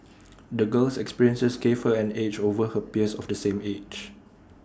the girl's experiences gave her an edge over her peers of the same age